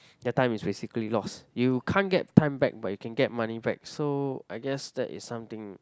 your time is basically lost you can't get time back but you can get money back so I guess that is something